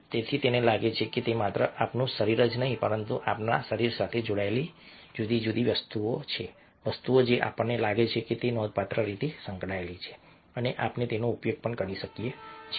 તેથી તેને લાગે છે કે તે માત્ર આપણું શરીર જ નથી પરંતુ આપણા શરીર સાથે જોડાયેલી જુદી જુદી વસ્તુઓ જે આપણને લાગે છે કે તે નોંધપાત્ર રીતે સંકળાયેલી છે અને આપણે તેનો ઉપયોગ પણ શરૂ કરીએ છીએ